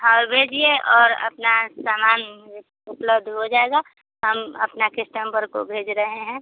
हा भेजिये और अपना सामान उपलब्ध हो जाएगा हम अपना केस्टम्बर को भेज रहें हैं